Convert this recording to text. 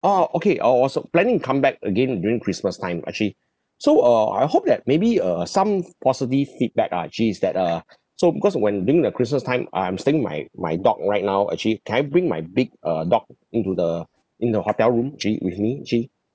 ah okay I was uh planning to come back again during christmas time actually so uh I hope that maybe uh uh some positive feedback ah actually is that uh so because when during the christmas time I'm staying with my my dog right now actually can I bring my big uh dog into the in the hotel room actually with me actually